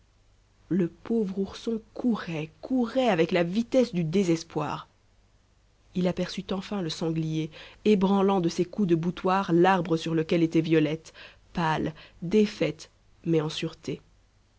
le pauvre ourson courait courait avec la vitesse du désespoir il aperçut enfin le sanglier ébranlant de ses coups de boutoir l'arbre sur lequel était violette pâle défaite mais en sûreté